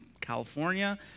California